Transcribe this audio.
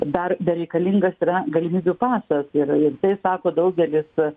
dar bereikalingas yra galimybių pasas ir ir tai sako daugelis